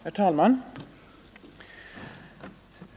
Herr talman!